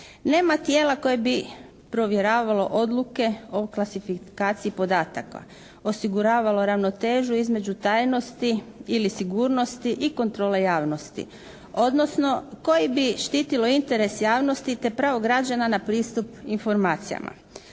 Nema tijela koje bi provjeravalo odluke o klasifikaciji podataka, osiguravalo ravnotežu između tajnosti ili sigurnosti i kontrole javnosti odnosno koji bi štitilo interes javnosti te pravo građana na pristup informacijama.